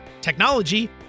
technology